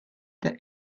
the